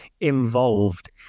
involved